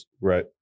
right